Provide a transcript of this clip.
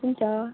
हुन्छ